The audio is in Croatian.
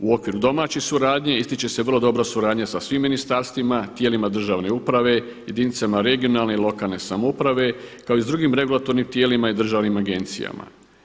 U okviru domaće suradnje ističe se vrlo dobra suradnja sa svim ministarstvima, tijelima državne uprave, jedinicama regionalne i lokalne samouprave kao i s drugim regulatornim tijelima i državnim agencijama.